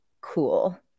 cool